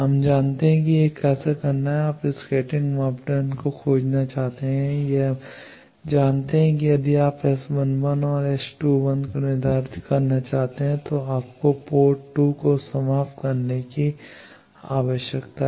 हम जानते हैं कि यह कैसे करना है कि आप स्कैटरिंग मापदंड को खोजना चाहते हैं यह जानते हैं कि यदि आप S 11 और S2 1 को निर्धारित करना चाहते हैं तो आपको पोर्ट 2को समाप्त करने की आवश्यकता है